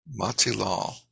Matilal